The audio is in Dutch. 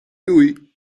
doei